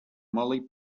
molly